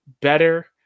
better